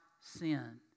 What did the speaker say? sin